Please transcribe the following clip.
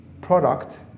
product